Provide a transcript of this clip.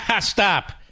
Stop